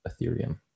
Ethereum